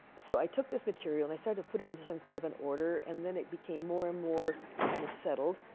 so i took this material, and i started to put it into some kind of an order, and then it became more and more kind of settled.